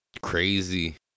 Crazy